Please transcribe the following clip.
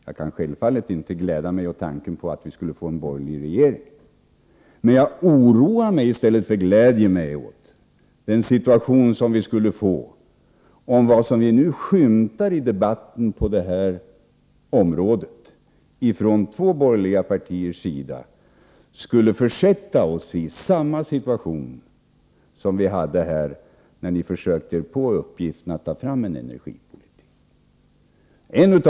Jag kan självfallet inte glädja mig åt tanken på att vi skulle få en borgerlig regering, men jag oroar mig i stället för gläder mig åt att vad som nu framskymtar i debatten på det här området från två borgerliga partiers sida skulle försätta oss i samma situation som vi hade när ni försökte er på uppgiften att ta fram en energipolitik.